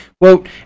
Quote